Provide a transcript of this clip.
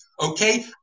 Okay